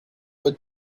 would